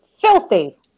Filthy